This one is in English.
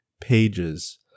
pages